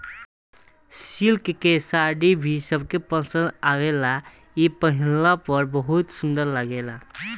silk के साड़ी भी सबके पसंद आवेला इ पहिनला पर बहुत सुंदर लागेला